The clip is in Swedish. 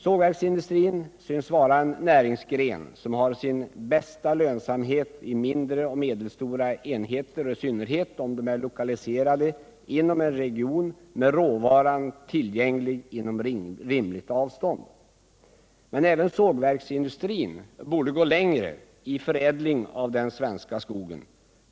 Sågverksindustrin synes vara en näringsgren som har sin bästa lönsamhet vid mindre och medelstora enheter, i synnerhet om de är lokaliserade inom en region med råvaran tillgänglig inom rimligt avstånd. Men även sågverksindustrin borde gå längre i förädling av den svenska skogen.